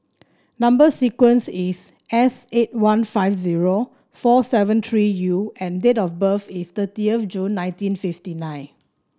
number sequence is S eight one five zero four seven three U and date of birth is thirty of June nineteen fifty nine